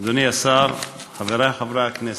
אדוני השר, חברי חברי הכנסת,